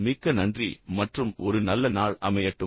மிக்க நன்றி மற்றும் ஒரு நல்ல நாள் அமையட்டும்